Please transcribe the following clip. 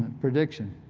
prediction.